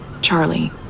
Charlie